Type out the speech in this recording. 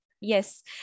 Yes